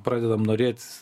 pradedam norėt